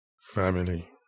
Family